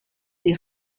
des